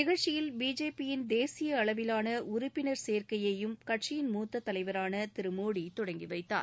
நிகழ்ச்சியில் பிஜேபியின் தேசிய அளவிலான உறுப்பினர் சேர்க்கையையும் கட்சியிள் மூத்த தலைவரான திரு மோடி தொடங்கிவைத்தார்